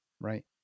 Right